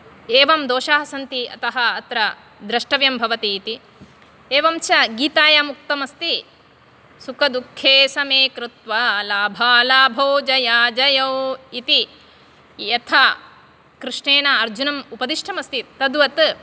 एवं दोषाः सन्ति अतः अत्र द्रष्टव्यं भवति इति एवं च गीतायाम् उक्तम् अस्ति सुखदुःखे समे कृत्वा लाभालाभौ जयाजयौ इति यथा कृष्णेन अर्जुनम् उपदिष्टमस्ति तद्वत्